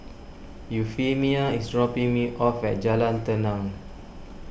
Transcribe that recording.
Euphemia is dropping me off at Jalan Tenang